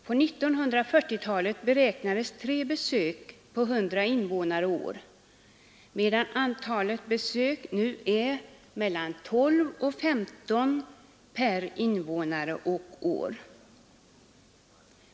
På 1940-talet beräknades tre besök på 100 invånare och år, medan antalet besök nu är mellan 12 och 15 per 100 invånare och år.